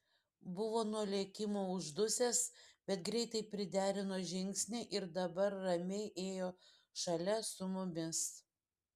buvo nuo lėkimo uždusęs bet greitai priderino žingsnį ir dabar ramiai ėjo šalia su mumis